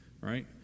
right